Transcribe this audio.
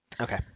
Okay